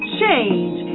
change